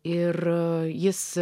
ir jis